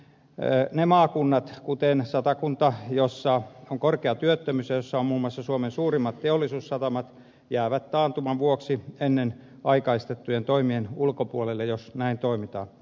ne maakunnat kuten satakunta jossa on korkea työttömyys ja jossa on muun muassa suomen suurimmat teollisuussatamat jäävät taantuman vuoksi aikaistettujen toimien ulkopuolelle jos näin toimitaan